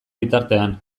bitartean